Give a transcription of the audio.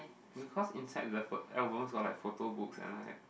because inside the phot~ albums were like photo books and like